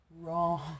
wrong